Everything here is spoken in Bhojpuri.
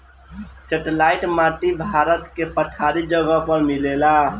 सेटेलाईट माटी भारत के पठारी जगह पर मिलेला